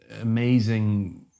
amazing